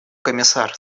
комиссар